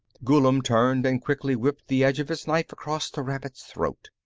ghullam turned and quickly whipped the edge of his knife across the rabbit's throat.